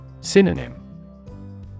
Synonym